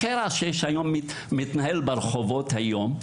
הקרע שמתנהל ברחובות היום,